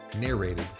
narrated